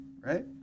right